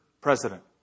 president